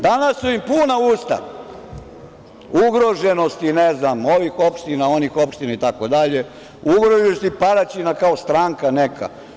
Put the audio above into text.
Danas su im puna usta ugroženosti, ne znam, ovih opština, onih opština, ugroženosti Paraćina, kao stranka neka.